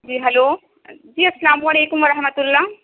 جی hello جی السلام علیکم و ررحمتہ اللہ